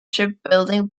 shipbuilding